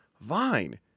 vine